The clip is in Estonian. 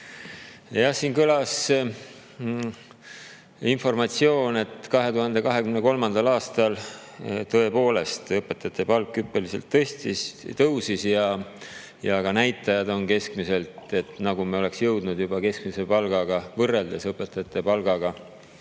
Siin kõlas informatsioon, et 2023. aastal tõepoolest õpetajate palk hüppeliselt tõusis ja keskmised näitajad on sellised, nagu me oleks jõudnud keskmise palgaga võrdluses õpetajate palgaga